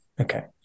Okay